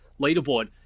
leaderboard